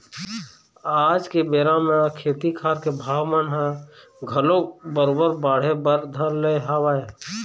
आज के बेरा म खेती खार के भाव मन ह घलोक बरोबर बाढ़े बर धर ले हवय